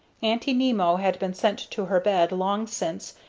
aunty nimmo had been sent to her bed long since,